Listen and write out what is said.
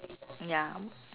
ya